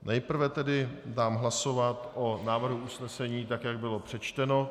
Nejprve tedy dám hlasovat o návrhu usnesení, tak jak bylo přečteno.